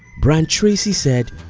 brain tracy said,